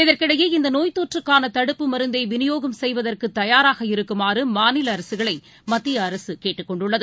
இதற்கிடையே தொற்றுக்கானதடுப்பு மருந்தைவிநியோகம் இந்தநோய் செய்வதற்குதயாராக இருக்குமாறுமாநிலஅரசுகளைமத்தியஅரசுகேட்டுக் கொண்டுள்ளது